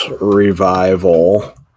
revival